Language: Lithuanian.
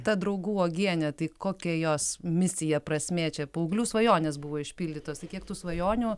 ta draugų uogienė tai kokia jos misija prasmė čia paauglių svajonės buvo išpildytos tai kiek tų svajonių